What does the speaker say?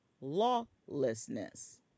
lawlessness